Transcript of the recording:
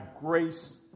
grace